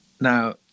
now